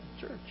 church